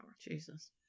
Jesus